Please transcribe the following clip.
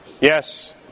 Yes